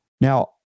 Now